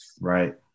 Right